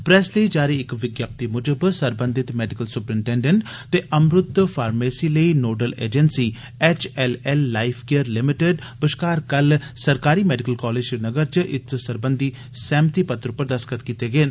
press लेई जारी इक विज्ञप्ति मुजब सरबंधत मैडिकल सुप्रीन्टेंडेंटें ते अमृत फारमेसी लेई nodal agency H L L life care limited बष्कार कल सरकारी मैडिकल कालेज श्रीनगर च इस सरबंधी सैहमति पत्तर पर दस्तख्त कीते गे न